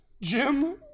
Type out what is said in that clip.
Jim